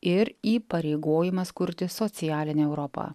ir įpareigojimas kurti socialinę europą